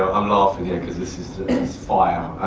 i'm laughing here because this is is fire.